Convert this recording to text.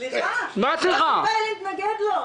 סליחה, יוסי ביילין התנגד לו.